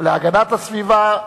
להגנת הסביבה.